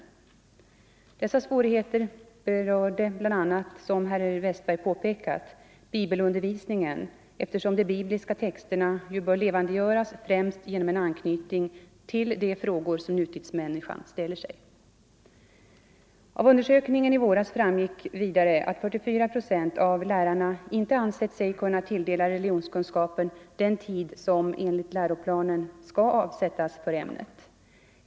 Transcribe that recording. — skapsämnets Dessa svårigheter berörde bl.a., som herr Westberg påpekat, bibelun = ställning på dervisningen eftersom de bibliska texterna ju bör levandegöras främst grundskolans genom en anknytning till de frågor som nutidsmänniskan ställer sig. mellanstadium Av undersökningen i våras framgick vidare att 44 procent av lärarna inte ansett sig kunna tilldela religionskunskapen den tid som enligt läroplanen skall avsättas från ämnet.